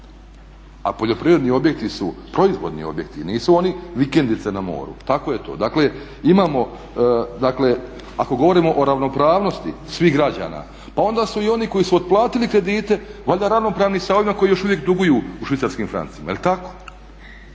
A poljoprivredni objekti su proizvodni objekti nisu oni vikendice na moru. Tako je to. Dakle, ako govorimo o ravnopravnosti svih građana pa onda su i oni koji su otplatili kredite valjda ravnopravni sa ovima koji još uvijek duguju u švicarskim francima,